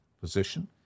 position